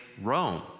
rome